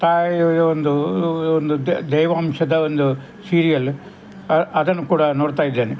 ತಾಯಿಯ ಒಂದು ಒಂದು ದೈವಾಂಶದ ಒಂದು ಸೀರಿಯಲ್ ಅದನ್ನು ಕೂಡ ನೋಡ್ತಾಯಿದ್ದೇನೆ